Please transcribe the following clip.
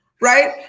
right